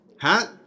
Hat